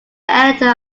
editor